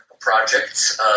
projects